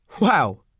Wow